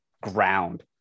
ground